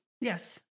Yes